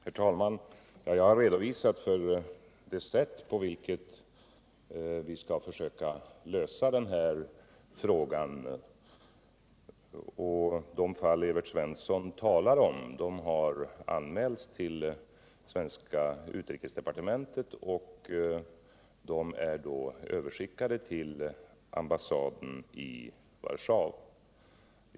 Herr talman! Jag har redogjort för det sätt på vilket vi skall försöka lösa denna fråga. De fall Evert Svensson talar om har anmälts till svenska utrikesdepartementet., och uppgifter om dem har översänts till ambassaden i Warszawa.